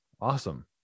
Awesome